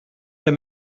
der